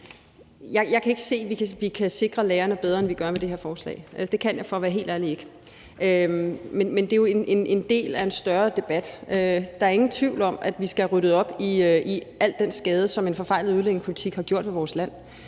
Jeg kan ikke se, at vi kan sikre lærerne bedre, end vi gør med det her forslag – det kan jeg for at være helt ærlig ikke. Men det er jo en del af en større debat. Der er ingen tvivl om, at vi skal have ryddet op i al den skade, som en forfejlet udlændingepolitik har gjort vores land,